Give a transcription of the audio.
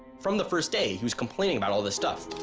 from the first day he was complaining about all this sutff.